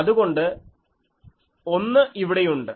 അതുകൊണ്ട് 1 ഇവിടെയുണ്ട്